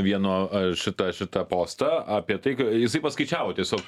vieną ar šitą šitą postą apie tai ką jisai paskaičiavo tiesiog